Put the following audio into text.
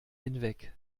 hinweg